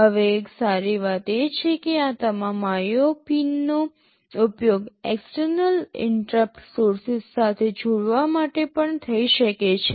હવે એક સારી વાત એ છે કે આ તમામ IO પિનનો ઉપયોગ એક્સટર્નલ ઇન્ટરપ્ટ સોર્સીસ સાથે જોડવા માટે પણ થઈ શકે છે